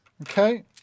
Okay